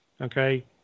Okay